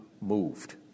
moved